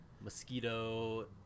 mosquito –